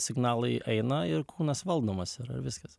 signalai eina ir kūnas valdomas yra ir viskas